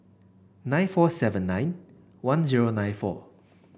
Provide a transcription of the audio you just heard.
nine four seven nine one zero nine four